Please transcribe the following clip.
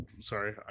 Sorry